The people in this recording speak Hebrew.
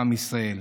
לעם ישראל,